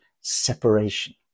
separation